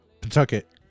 Pawtucket